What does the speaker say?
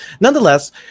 Nonetheless